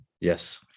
Yes